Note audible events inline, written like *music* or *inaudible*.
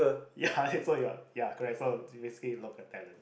ya *laughs* so you're ya correct basically local talent